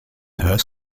huis